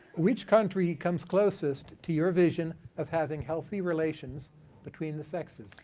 which country comes closest to your vision of having healthy relations between the sexes,